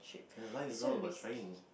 ya life is all about trying